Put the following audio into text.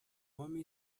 homem